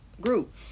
group